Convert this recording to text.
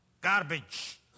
garbage